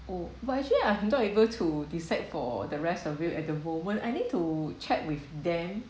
oh but actually I'm not able to decide for the rest of you at the moment I need to chat with them